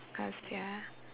cause ya